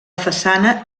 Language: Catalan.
façana